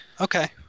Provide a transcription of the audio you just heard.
Okay